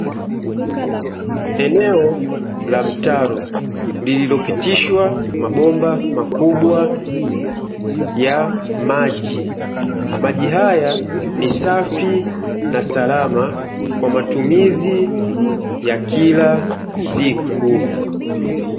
Eneo la mtaro lililopitishwa mabomba makubwa ya maji, maji haya ni safi na salama kwa matumizi ya kila siku.